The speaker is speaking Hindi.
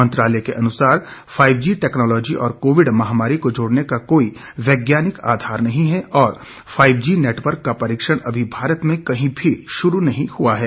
मंत्रालय के अनुसार फाईव जी टैक्नोलॉजी और कोविड महामारी को जोड़ने का कोई वैज्ञानिक आधार नहीं है और फाईव जी नेटवर्क का परीक्षण अभी भारत में कहीं भी शुरू नहीं हुआ है